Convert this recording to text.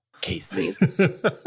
Casey